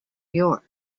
york